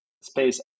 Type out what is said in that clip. space